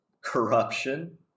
corruption